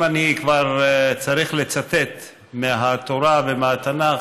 אם אני כבר צריך לצטט מהתורה ומהתנ"ך,